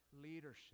leadership